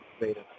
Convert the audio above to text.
later